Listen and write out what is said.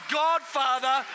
godfather